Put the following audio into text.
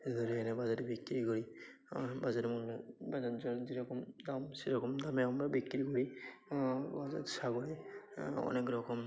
এ ধরে এনে বাজারে বিক্রি করি বাজারের মূল্যে বাজার যে রকম দাম সে রকম দামে আমরা বিক্রি করি বাজার সাগরে অনেক রকম